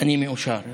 אני מאושר.